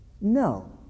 No